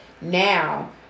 Now